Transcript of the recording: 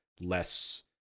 less